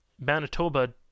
Manitoba